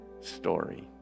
story